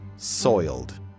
Soiled